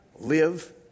live